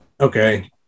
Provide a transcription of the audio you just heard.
okay